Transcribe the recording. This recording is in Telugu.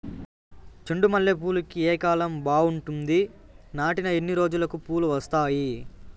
చెండు మల్లె పూలుకి ఏ కాలం బావుంటుంది? నాటిన ఎన్ని రోజులకు పూలు వస్తాయి?